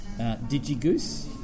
DigiGoose